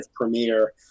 premiere